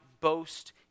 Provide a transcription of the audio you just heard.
boast